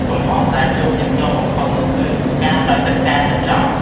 កំហុសដែលជួបញឹកញាប់បំផុតនោះគឺ ការស្រោចទឹកតាមចិត្តចង់។